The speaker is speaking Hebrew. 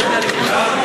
מצביעי הליכוד,